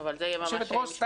יושבת-הראש,